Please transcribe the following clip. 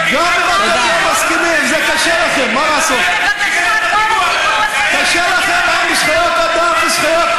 עד להצבעה אני מבקשת